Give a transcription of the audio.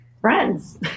friends